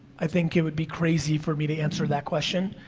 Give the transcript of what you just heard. i think it would be crazy for me to answer that question.